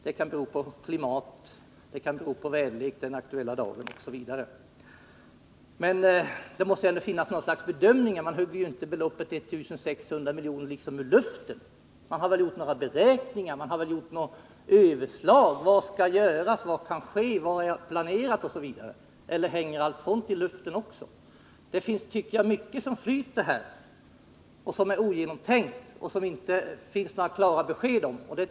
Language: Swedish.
Det kan bero på klimat, väderlek den aktuella dagen osv. Men det måste ju ändå finnas något slags bedömning. Man tar ju inte beloppet 1 600 milj.kr. ur luften. Man har väl gjort några beräkningar. Man har väl gjort något överslag över vad som skall göras, vad som kan ske, vad som är planerat osv. Eller hänger allt sådant också i luften? Det tycks vara mycket som flyter här och som är ogenomtänkt och som det inte finns några klara besked om.